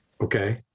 Okay